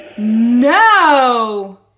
No